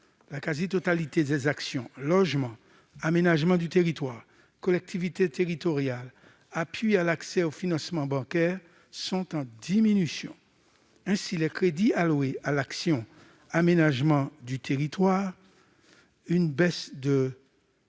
La quasi-totalité des actions, Logement, Aménagement du territoire, Collectivités territoriales, Appui à l'accès aux financements bancaires, est en baisse. Ainsi, les crédits alloués à l'action Aménagement du territoire baissent de